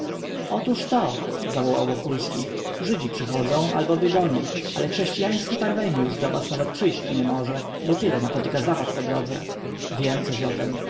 przychodzą otóżto zawołał wokulski żydzi przychodzą albo wy do nich ale chrześcijański parweniusz do was nawet przyjść nie może bo tyle napotyka zawad po drodze wiem coś o tem